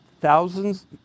thousands